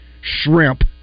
shrimp